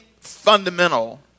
fundamental